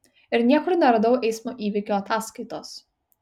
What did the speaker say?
ir niekur neradau eismo įvykio ataskaitos